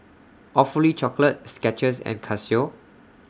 Awfully Chocolate Skechers and Casio